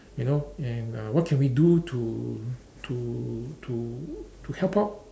you know and uh what can we do to to to to help out